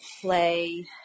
play